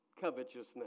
covetousness